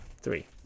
Three